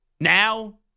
Now